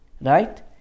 Right